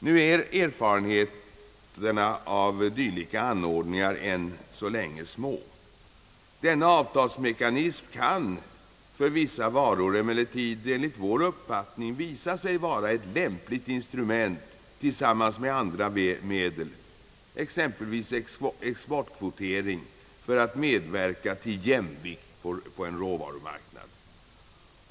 Nu är erfarenheterna av dylika anordningar än så länge små. Denna avtalsmekanism kan för vissa varor emellertid enligt vår uppfattning visa sig vara ett lämpligt instrument tillsammans med andra medel, exempelvis exportkvotering, för att medverka till jämvikt på en råvarumarknad.